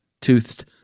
toothed